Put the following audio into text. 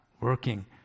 working